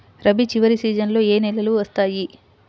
రబీ చివరి సీజన్లో ఏ నెలలు వస్తాయి?